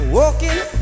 walking